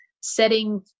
setting